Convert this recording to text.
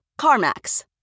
CarMax